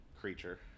creature